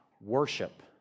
worship